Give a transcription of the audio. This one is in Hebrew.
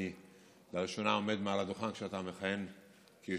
אני לראשונה עומד מעל הדוכן כשאתה מכהן כיושב-ראש